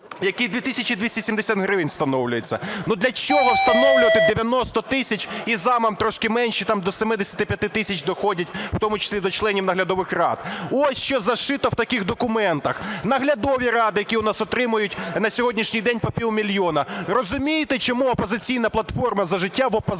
270 гривень встановлюється. Для чого встановлювати 90 тисяч і замам трошки менші, там до 75 тисяч доходять, у тому числі до членів наглядових рад? Ось що зашито в таких документах. Наглядові ради, які у нас отримують на сьогоднішній день по півмільйона. Розумієте, чому "Опозиційна платформа – За життя" в опозиції